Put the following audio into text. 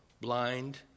blind